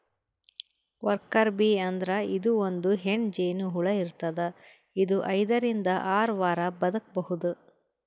worker bee ಅಂದ್ರ ಇದು ಒಂದ್ ಹೆಣ್ಣ್ ಜೇನಹುಳ ಇರ್ತದ್ ಇದು ಐದರಿಂದ್ ಆರ್ ವಾರ್ ಬದ್ಕಬಹುದ್